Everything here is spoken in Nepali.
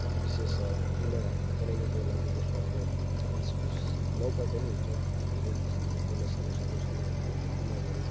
विशेष किमा बनाउनुको लागि जस्तो अब इस्कुस लौकाको पनि हुन्छ अब धेरै किसिमको त्यसलाई सानो सानो गरेर किमा गर्यो